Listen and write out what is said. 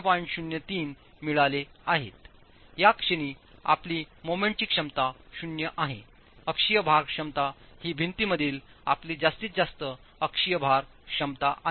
003 मिळाले आहेतया क्षणी आपली मोमेंटची क्षमता शून्य आहे अक्षीय भार क्षमता ही भिंतीमधील आपली जास्तीत जास्त अक्षीय भार क्षमता आहे